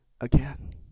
again